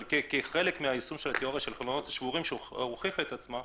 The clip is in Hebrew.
אבל כחלק מהיישום של התיאוריה של "החלונות השבורים" שהוכיחה את עצמה,